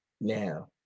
Now